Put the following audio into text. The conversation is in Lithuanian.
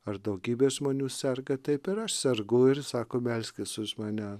ar daugybė žmonių serga taip ir aš sergu ir sako melskis už mane